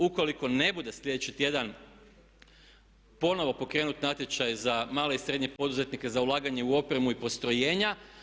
Ukoliko ne bude sljedeći tjedan ponovno pokrenut natječaj za male i srednje poduzetnike za ulaganje u opremu i postrojenja.